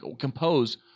compose